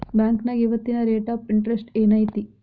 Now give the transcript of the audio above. ಬಾಂಕ್ನ್ಯಾಗ ಇವತ್ತಿನ rate of interest ಏನ್ ಐತಿ